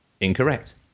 incorrect